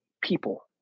people